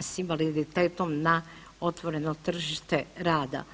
s invaliditetom na otvoreno tržište rada.